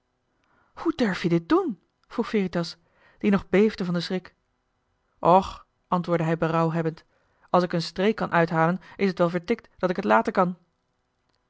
was hoe durf je dit doen vroeg veritas die nog beefde van den schrik och antwoordde hij berouwhebbend als ik een streek kan uithalen is t wel vertikt dat ik t laten kan